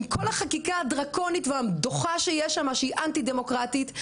עם כל החקיקה הדרקונית והדוחה שיש שמה שהיא אנטי דמוקרטית,